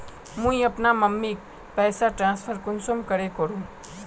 मुई अपना मम्मीक पैसा ट्रांसफर कुंसम करे करूम?